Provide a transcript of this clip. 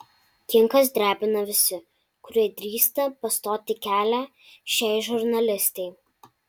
kinkas drebina visi kurie drįsta pastoti kelią šiai žurnalistei